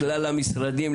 לכלל המשרדים,